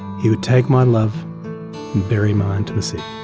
he would take my love and bury my intimacy.